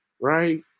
Right